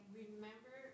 remember